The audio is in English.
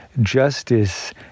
justice